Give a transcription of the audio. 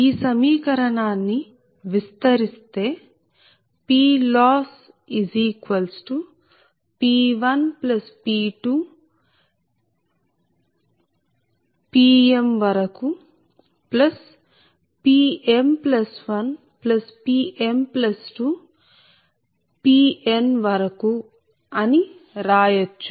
ఈ సమీకరణాన్ని విస్తరిస్తే PLossP1P2PmPm1Pm2Pn అని రాయచ్చు